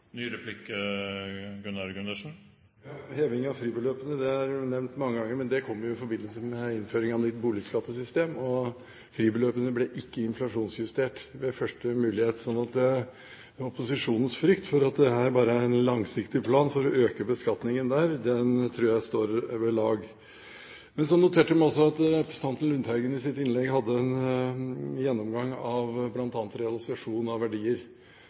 Heving av fribeløpene er nevnt mange ganger. Men det kom jo i forbindelse med innføring av nytt boligskattesystem, og fribeløpene ble ikke inflasjonsjustert ved første mulighet. Så opposisjonens frykt for at dette bare er en langsiktig plan for å øke beskatningen der, tror jeg står ved lag. Men så noterte jeg meg også at representanten Lundteigen i sitt innlegg hadde en gjennomgang av bl.a. realisasjon av verdier